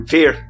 Fear